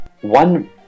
one